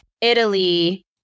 Italy